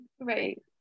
right